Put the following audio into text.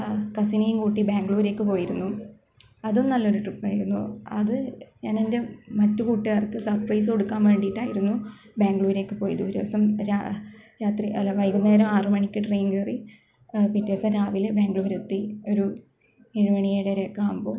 കസിനെയും കൂട്ടി ബാംഗ്ലൂരേക്ക് പോയിരുന്നു അതും നല്ലൊരു ട്രിപ്പ് ആയിരുന്നു അത് ഞാനെന്റെ മറ്റു കൂട്ടുകാര്ക്ക് സര്പ്രൈസ് കൊടുക്കാന് വേണ്ടിയിട്ടായിരുന്നു ബാംഗ്ലൂരേക്ക് പോയത് ഒരു ദിവസം രാത്രി അല്ല വൈകുന്നേരം ആറുമണിക്ക് ട്രെയിൻ കയറി പിറ്റേ ദിവസം രാവിലെ ബാംഗ്ലൂർ എത്തി ഒരു എഴുമണി ഏഴരയൊക്കെ ആവുമ്പോൾ